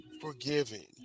forgiving